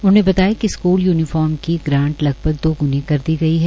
उन्होंने बताया कि स्कूल यूनिफार्म की ग्रांट लगभग दो ग्णी कर गई है